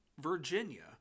Virginia